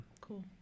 Cool